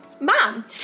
Mom